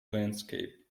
landscape